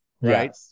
Right